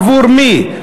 עבור מי?